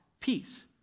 peace